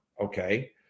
okay